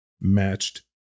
matched